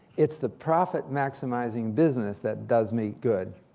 it's the profit-maximizing business that does me good.